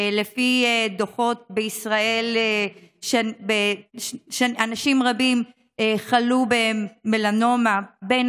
לפי דוחות בישראל אנשים רבים חלו במלנומה בין